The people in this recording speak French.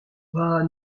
bah